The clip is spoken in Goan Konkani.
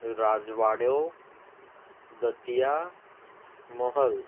राजवाडो दतिया मोहल